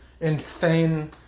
insane